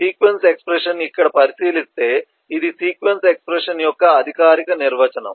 కాబట్టి sequence expression ఇక్కడ పరిశీలిస్తే ఇది సీక్వెన్స్ ఎక్స్ప్రెషన్ యొక్క అధికారిక నిర్వచనం